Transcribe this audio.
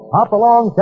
Hopalong